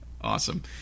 Awesome